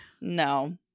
No